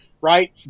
right